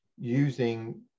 using